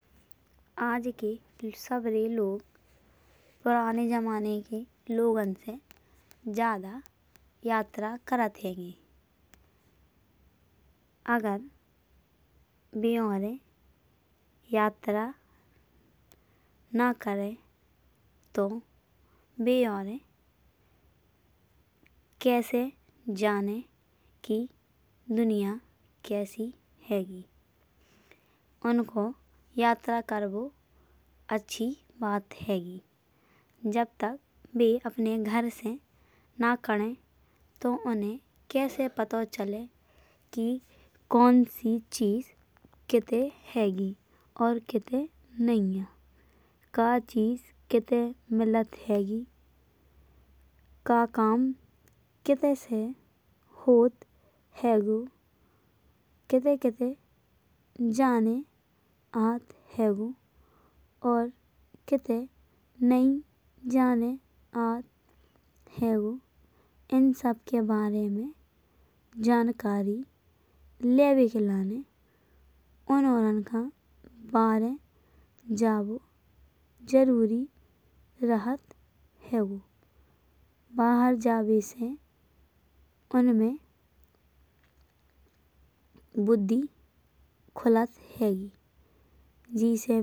आज के सबरे लोग पुराने जमाने के लोगन से ज्यादा यात्रा करत हैंगे। अगर बे आणुरें यात्रा ना करें तो बे आणुरें कैसे जानें कि दुनिया कैसी हैंगी। उनको यात्रा करबो अच्छी बात हैंगी। जब तक बे अपने घर से ना कड़े तो उन्हें कैसे पतो चले कि कौन सी चीज कित्ते हैंगी। और कित्ते नय्या का चीज कित्ते मिलत हैंगी का काम कित्ते से होत हैंगो। कित्ते कित्ते जाने आत हैंगो और कित्ते नै जाने आत हैंगो। इन सबके बारे में जानकारी लाइबे के लाने उन आौरन का बाहर जाबो जरूरी रहत हैंगो। बाहर जाबे से उनमें बुद्धि खुलत हैंगी।